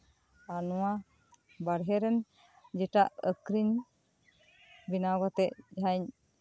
ᱟᱨ ᱱᱚᱣᱟ ᱵᱟᱦᱨᱮ ᱨᱮᱱ ᱡᱮᱴᱟ ᱟᱠᱷᱨᱤᱧ ᱵᱮᱱᱟᱣ ᱠᱟᱛᱮᱜ ᱡᱟᱸᱦᱟᱧ